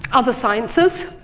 other sciences.